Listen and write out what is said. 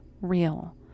real